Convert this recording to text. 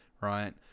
right